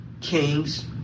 King's